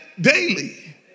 daily